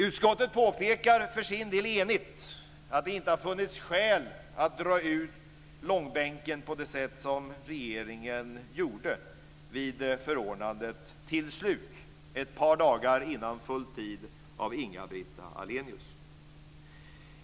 Utskottet påpekar för sin del enigt att det inte fanns skäl att dra det här i långbänk på det sätt som regeringen gjorde vid förordnandet av Inga-Britt Ahlenius, som det blev till slut, ett par dagar före full tid.